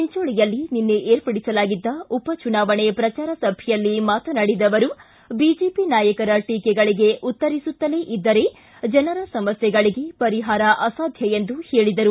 ಚಿಂಚೋಳಿಯಲ್ಲಿ ನಿನ್ನೆ ವಿರ್ಪಡಿಸಲಾಗಿದ್ದ ಉಪಚುನಾವಣೆ ಪ್ರಚಾರ ಸಭೆಯಲ್ಲಿ ಮಾತನಾಡಿದ ಅವರು ವಿಜೆಪಿ ನಾಯಕರ ಟೀಕೆಗಳಿಗೆ ಉತ್ತರಿಸುತ್ತಲೇ ಇದ್ದರೆ ಜನರ ಸಮಸ್ಯೆಗಳಿಗೆ ಪರಿಹಾರ ಅಸಾಧ್ಯ ಎಂದು ಹೇಳಿದರು